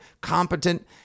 competent